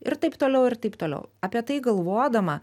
ir taip toliau ir taip toliau apie tai galvodama